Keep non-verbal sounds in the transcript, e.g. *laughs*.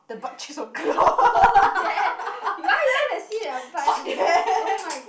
the butt cheeks will glow *laughs* hot damn